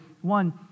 One